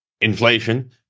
inflation